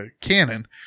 canon